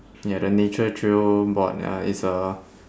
ya the nature trail board ya it's a